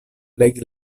legi